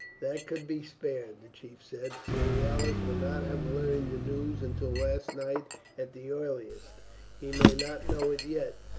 that could be spared, the chief said. cerealis will not have learned the news until last night at the earliest he may not know it yet.